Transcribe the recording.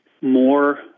more